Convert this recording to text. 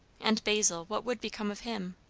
and basil, what would become of him?